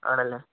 ആണല്ലെ